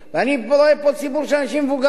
ואני רואה פה ציבור של אנשים מבוגרים,